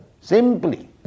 Simply